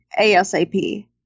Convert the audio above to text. ASAP